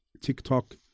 TikTok